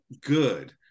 good